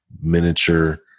miniature